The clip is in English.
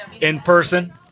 in-person